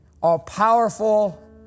all-powerful